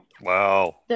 Wow